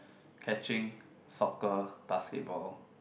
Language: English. catching soccer basketball